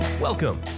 Welcome